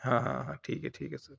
ہاں ہاں ہاں ٹھیک ہے ٹھیک ہے سر